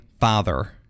father